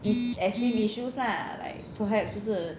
it's esteem issues lah like perhaps 就是